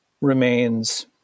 remains